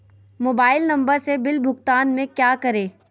Mobile number से bill भुगतान में क्या करें?